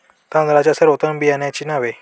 तांदळाच्या सर्वोत्तम बियाण्यांची नावे?